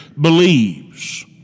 believes